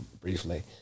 briefly